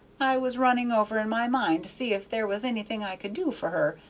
i was running over in my mind to see if there was anything i could do for her,